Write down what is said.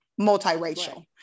multiracial